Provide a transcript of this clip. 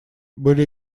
были